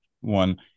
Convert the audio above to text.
one